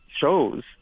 shows